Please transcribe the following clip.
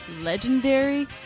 legendary